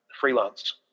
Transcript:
freelance